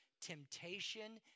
temptation